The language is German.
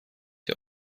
die